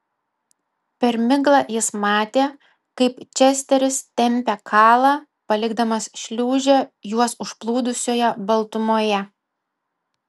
per miglą jis matė kaip česteris tempia kalą palikdamas šliūžę juos užplūdusioje baltumoje